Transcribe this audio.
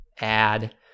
add